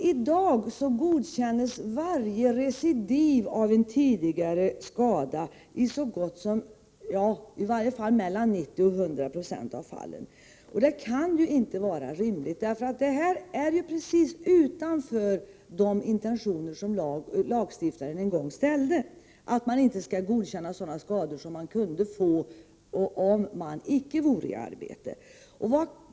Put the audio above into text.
I dag godkänns varje recidiv av en tidigare skada i mellan 90 20 och 100 96 av alla fall. Detta kan inte vara rimligt. Det överensstämmer inte heller med lagstiftarens intentioner att man skall godkänna sådana skador som man kan få, även om man inte är i arbete.